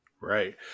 Right